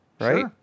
right